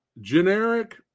generic